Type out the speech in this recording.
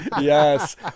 Yes